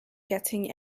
getting